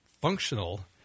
functional